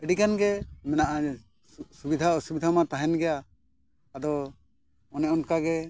ᱟᱹᱰᱤᱜᱟᱱ ᱜᱮ ᱢᱮᱱᱟᱜᱼᱟ ᱥᱩᱵᱤᱫᱷᱟ ᱚᱥᱩᱵᱤᱫᱷᱟ ᱢᱟ ᱛᱟᱦᱮᱱ ᱜᱮᱭᱟ ᱟᱫᱚ ᱚᱱᱮ ᱚᱱᱠᱟ ᱜᱮ